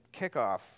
kickoff